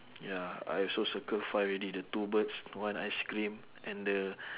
ya I also circle five already the two birds one ice cream and the